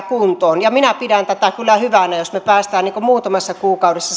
kuntoon minä pidän tätä kyllä hyvänä jos me muutamassa kuukaudessa